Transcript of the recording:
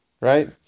Right